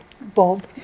Bob